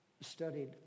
studied